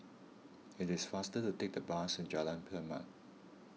it is faster to take the bus to Jalan Per Mat